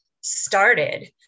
started